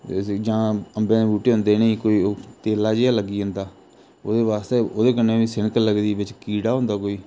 जां अम्बे दे बूहटे होंदे न उनेंगी कोई त्रेला जेहा लग्गी जंदा ओह्दे बास्तै ओह्दे कन्नै बी सिनक लगदी बिच्च कीड़ा होंदा कोई